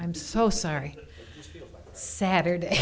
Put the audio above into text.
i'm so sorry saturday